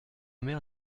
mère